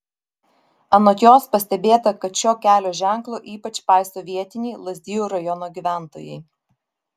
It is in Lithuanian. anot jos pastebėta kad šio kelio ženklo ypač paiso vietiniai lazdijų rajono gyventojai